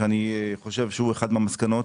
שאני חושב שהוא אחת מהמסקנות,